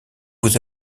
vous